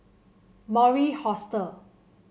Mori Hostel